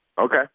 Okay